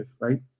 right